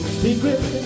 secret